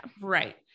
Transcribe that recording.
Right